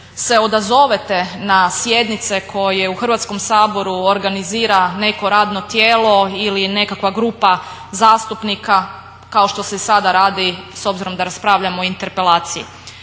se odazovete na sjednice koje u Hrvatskom saboru organizira neko radno tijelo ili nekakva grupa zastupnika kao što se sada radi s obzirom da raspravljamo o interpelaciji.